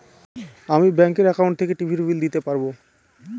আমি ব্যাঙ্কের একাউন্ট থেকে টিভির বিল দিতে পারবো